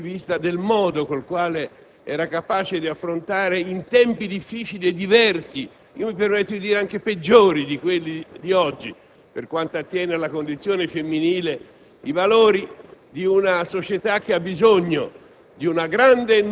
Adele Faccio era una donna straordinaria per il modo in cui era capace di affrontare, in tempi difficili e diversi (mi permetto di dire anche peggiori di quelli di oggi, per quanto attiene alla condizione femminile), i valori